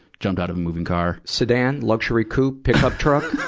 jumped out of a moving car. sedan, luxury coupe, pick-up truck,